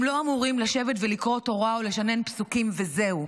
הם לא אמורים לשבת ולקרוא תורה או לשנן פסוקים וזהו.